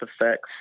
Effects